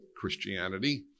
Christianity